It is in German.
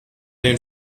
den